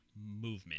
movement